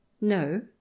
no